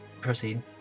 proceed